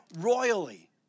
royally